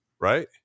right